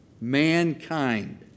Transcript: Mankind